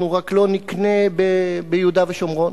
אנחנו רק לא נקנה ביהודה ושומרון.